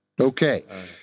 Okay